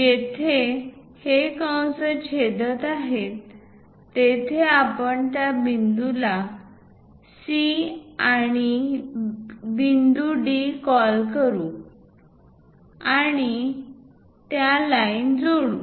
जेथे हे कंस छेदत आहेत तेथे आपण त्या बिंदूला C आणि बिंदू D कॉल करू आणि त्या लाईन जोडा